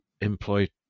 employed